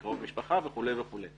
קרוב משפחה וכו' וכו'.